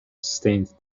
stained